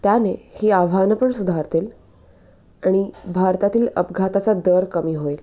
त्याने ही आव्हानं पण सुधारतील आणि भारतातील अपघाताचा दर कमी होईल